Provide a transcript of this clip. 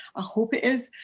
ah hope it is,